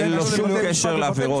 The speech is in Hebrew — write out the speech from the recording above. אין לו שום קשר לעבירות.